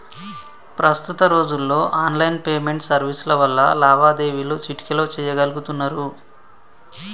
ప్రస్తుత రోజుల్లో online payment సర్వీసుల వల్ల లావాదేవీలు చిటికెలో చెయ్యగలుతున్నరు